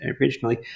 originally